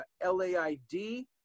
l-a-i-d